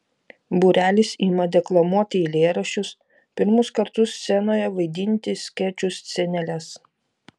būrelis ima deklamuoti eilėraščius pirmus kartus scenoje vaidinti skečų sceneles